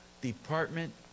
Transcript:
Department